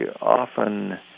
often